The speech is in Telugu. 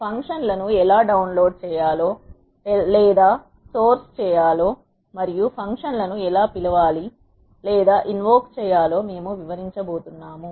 ఫంక్షన్ లను ఎలా డౌన్ లోడ్ చేయాలో లేదా సోర్స్ చేయాలో మరియు ఫంక్షన్ లను ఎలా పిలవాలి లేదా ఇన్వోక్ చేయాలో మేము వివరించబోతున్నాము